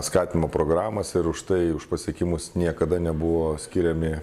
skatinimo programas ir už tai už pasiekimus niekada nebuvo skiriami